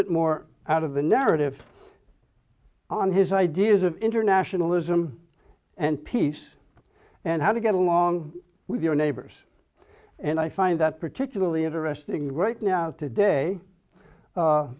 bit more out of the narrative on his ideas of internationalism and peace and how to get along with your neighbors and i find that particularly interesting right now today